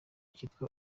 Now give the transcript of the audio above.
cyitwa